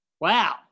wow